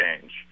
change